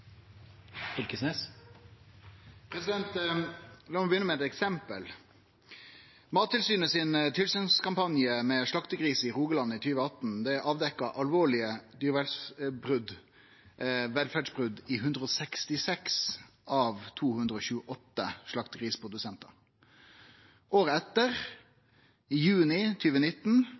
La meg begynne med eit eksempel. Tilsynskampanjen til Mattilsynet på slaktegris i Rogaland i 2018 avdekte alvorlege dyrevelferdsbrot hos 166 av 228 slaktegrisprodusentar. Året etter, i juni